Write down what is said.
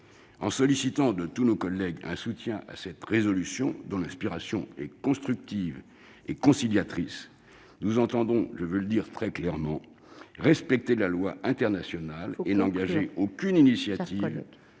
En sollicitant de tous nos collègues un soutien à cette proposition de résolution dont l'inspiration est constructive et conciliatrice, nous entendons- je veux le dire très clairement -respecter la loi internationale ... Il faut conclure,